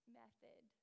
method